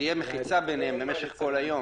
ושתהיה מחיצה ביניהם למשך כל היום,